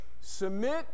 submit